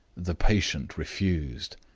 the patient refused.